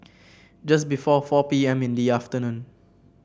just before four P M in the afternoon